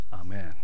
Amen